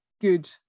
good